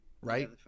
right